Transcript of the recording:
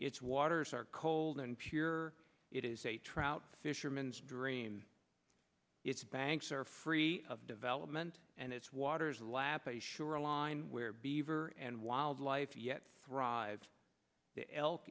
its waters are cold and pure it is a trout fisherman's dream its banks are free of development and its waters lap a shoreline where beaver and wildlife yet thrive el